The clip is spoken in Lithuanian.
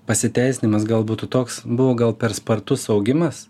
pasiteisinimas gal būtų toks buvo gal per spartus augimas